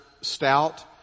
stout